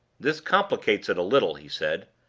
this complicates it a little, he said.